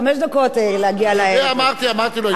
אבל חשוב להגיד שבעקבות, אף אחד לא מוריד אותך.